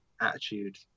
attitude